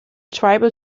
tribal